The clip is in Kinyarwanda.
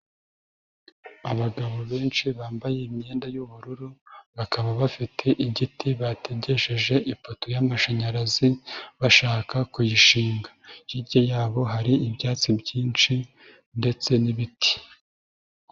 Abagabo benshi bambaye imyenda y'ubururu, bakaba bafite igiti bategesheje ipoto y'amashanyarazi bashaka kuyishinga. Hirya yabo hari ibyatsi byinshi ndetse n'ibiti.